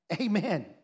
Amen